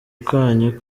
kanyu